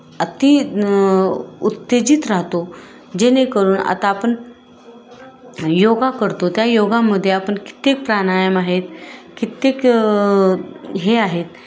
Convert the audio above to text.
अती न उत्तेजित राहतो जेणेकरून आता आपण योगा करतो त्या योगामध्ये आपण कित्येक प्राणायाम आहेत कित्येक हे आहेत